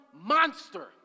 monster